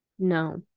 No